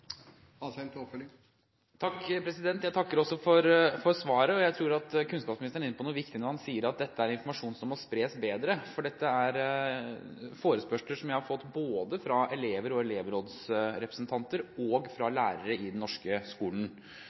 Jeg takker for svaret. Jeg tror at kunnskapsministeren er inne på noe viktig når han sier at dette er informasjon som må spres bedre, for dette er forespørsler som jeg har fått både fra elever og elevrådsrepresentanter og fra lærere i den norske skolen.